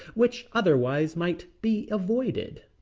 which otherwise might be avoided.